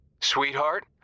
Sweetheart